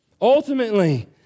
ultimately